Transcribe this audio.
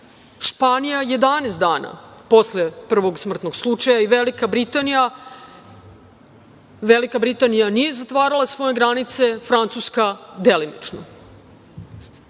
Španija 11 dana posle prvog smrtnog slučaja i Velika Britanija nije zatvarala svoje granice, Francuska delimično. Danas